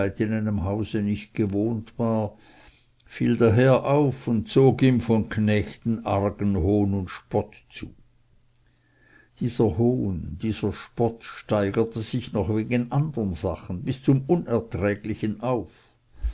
hause nicht gewohnt war fiel daher auf und zog ihm von den knechten argen hohn und spott zu dieser hohn dieser spott steigerte sich noch wegen andern sachen bis zum unerträglichen auf